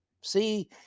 See